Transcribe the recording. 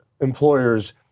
employers